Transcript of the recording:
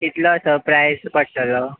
कितलो असो प्रायज पडटलो